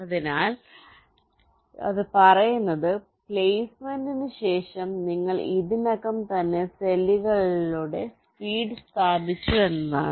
അതിനാൽ അത് പറയുന്നത് പ്ലേസ്മെന്റിന് ശേഷം നിങ്ങൾ ഇതിനകം തന്നെ സെല്ലുകളിലൂടെ ഫീഡ് സ്ഥാപിച്ചു എന്നതാണ്